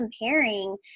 comparing